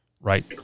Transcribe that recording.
right